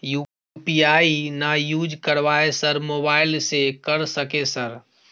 UPI ना use करवाएं sir mobile से कर सके सर?